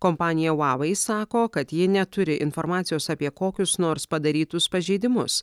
kompanija va vai sako kad ji neturi informacijos apie kokius nors padarytus pažeidimus